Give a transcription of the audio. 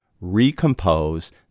recompose